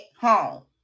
home